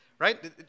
Right